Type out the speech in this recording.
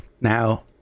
Now